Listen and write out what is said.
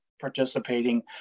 participating